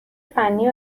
فنی